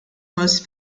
most